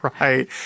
Right